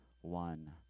one